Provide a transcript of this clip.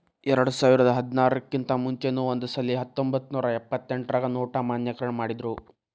ಎರ್ಡ್ಸಾವರ್ದಾ ಹದ್ನಾರರ್ ಕಿಂತಾ ಮುಂಚೆನೂ ಒಂದಸಲೆ ಹತ್ತೊಂಬತ್ನೂರಾ ಎಪ್ಪತ್ತೆಂಟ್ರಾಗ ನೊಟ್ ಅಮಾನ್ಯೇಕರಣ ಮಾಡಿದ್ರು